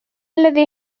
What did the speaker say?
الذي